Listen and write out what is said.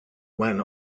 when